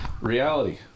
Reality